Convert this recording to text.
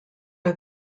are